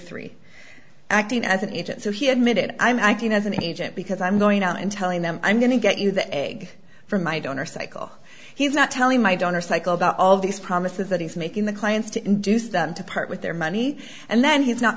three acting as an agent so he admitted i'm acting as an agent because i'm going out and telling them i'm going to get you the egg from my donor cycle he's not telling my donor cycle about all these promises that he's making the clients to induce them to part with their money and then he's not